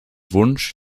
wunsch